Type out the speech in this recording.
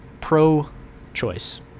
pro-choice